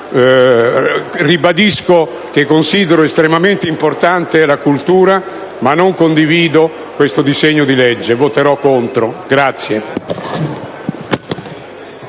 grandi. Ribadisco che considero estremamente importante la cultura, ma non condivido questo disegno di legge. Quindi,